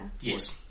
Yes